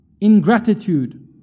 ingratitude